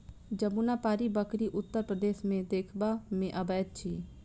जमुनापारी बकरी उत्तर प्रदेश मे देखबा मे अबैत अछि